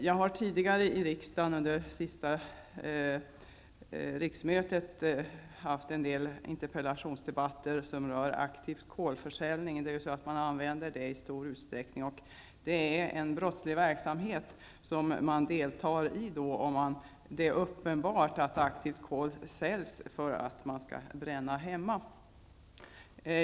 Jag har tidigare i riksdagen, under senaste riksmötet, deltagit i en del interpellationsdebatter som rört försäljning av aktivt kol. Aktivt kol används vid hembränning, och det är en brottslig verksamhet man deltar i om det är uppenbart att det aktiva kol man säljer används för hembränning.